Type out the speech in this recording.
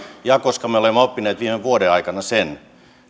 me olemme oppineet viime vuoden aikana sen